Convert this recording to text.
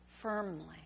firmly